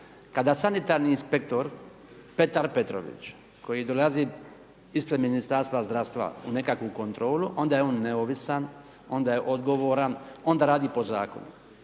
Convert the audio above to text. kada sanitarni inspektor Petar Petrović koji dolazi ispred Ministarstva zdravstva u nekakvu kontrolu, onda je on neovisan, onda je odgovoran, onda radi po zakonu.